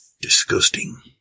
Disgusting